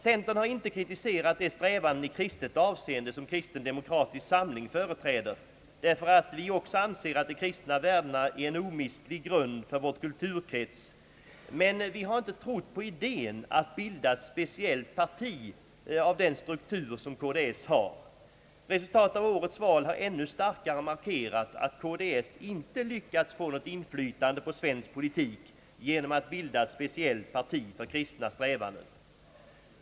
Centern har inte kritiserat de strävanden i kristet avseende som Kristen Demokratisk Samling företräder därför att vi också anser att de kristna värdena är en omistlig grund för vår kulturkrets men vi har inte trott på idén att bilda ett speciellt parti av den struktur som KDS har. Resultatet av årets val har ännu starkare markerat att KDS inte lyckats få något inflytande på svensk politik genom att bilda ett speciellt parti för kristna strävanden.